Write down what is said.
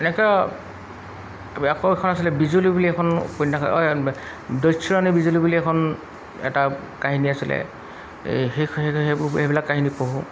এনেকৈ আছিলে বিজুলি বুলি এখন উপন্যাস দস্যু ৰাণী বিজুলি বুলি এখন এটা কাহিনী আছিলে সেইবিলাক কাহিনী পঢ়োঁ